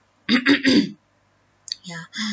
ya